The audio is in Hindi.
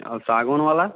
और सागौन वाला